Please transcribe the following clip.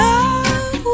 Love